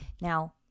Now